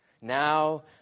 Now